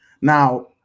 Now